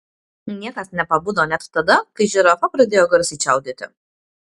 niekas nepabudo net tada kai žirafa pradėjo garsiai čiaudėti